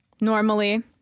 normally